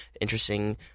interesting